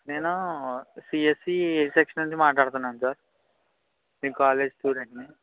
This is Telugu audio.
నేనూ సిఎస్ఈ ఏ సెక్షన్ నుండి మాట్లాడుతున్నాను సార్ మీ కాలేజ్ స్టూడెంట్ని